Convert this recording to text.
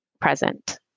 present